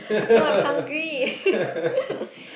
no I'm hungry